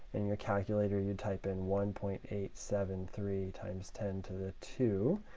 in your calculator, you type in one point eight seven three times ten to the two,